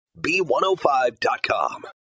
B105.com